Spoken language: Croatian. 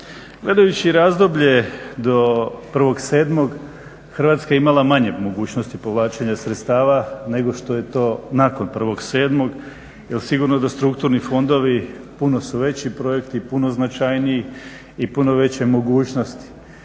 Gledajući razdoblje do 1.7. Hrvatska je imala manje mogućnosti povlačenja sredstava nego što je to nakon 1.7.jer sigurno da strukturni fondovi puno su veći projekti, puno značajniji i puno veće mogućnosti.